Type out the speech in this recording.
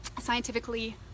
scientifically